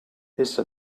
essa